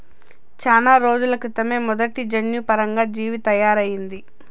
చానా రోజుల క్రితమే మొదటి జన్యుపరంగా జీవి తయారయింది